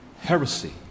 heresy